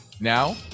now